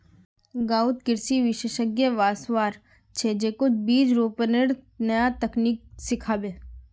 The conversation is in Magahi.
गांउत कृषि विशेषज्ञ वस्वार छ, जेको बीज रोपनेर नया तकनीक सिखाबे